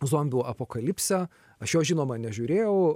zombių apokalipsę aš jo žinoma nežiūrėjau